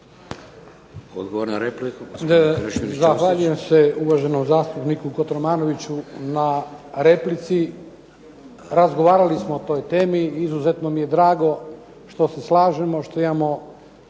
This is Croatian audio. Odgovor na repliku,